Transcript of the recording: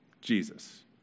Jesus